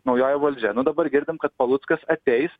naujoji valdžia nu dabar girdim kad paluckas ateis